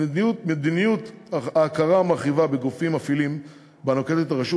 מדיניות ההכרה המרחיבה בגופים מפעילים שנוקטת הרשות